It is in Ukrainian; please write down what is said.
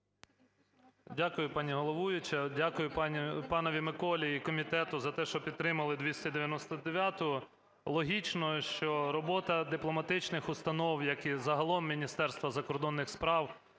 Дякую, пані головуюча. Дякую панові Миколі і комітету за те, що підтримали 299-у. Логічно, що робота дипломатичних установ, як і загалом Міністерства закордонних справ,